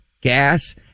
gas